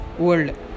world